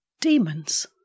demons